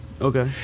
Okay